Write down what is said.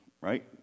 right